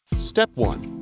step one.